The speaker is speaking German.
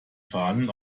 fahnen